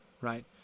right